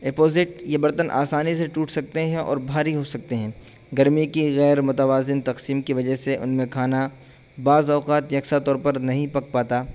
opposite یہ برتن آسانی سے ٹوٹ سکتے ہیں اور بھاری ہو سکتے ہیں گرمی کی غیر متوازن تقسیم کی وجہ سے ان میں کھانا بعض اوقات یکساں طور پر نہیں پک پاتا